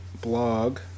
blog